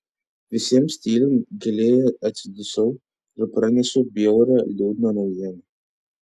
visiems tylint giliai atsidusau ir pranešiau bjaurią liūdną naujieną